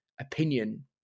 opinion